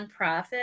nonprofit